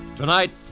Tonight